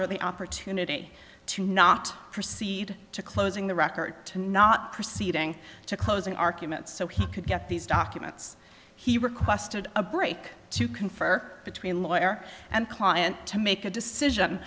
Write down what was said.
er the opportunity to not proceed to closing the record to not proceeding to closing arguments so he could get these documents he requested a break to confer between lawyer and client to make a decision